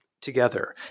together